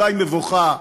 אולי מבוכה.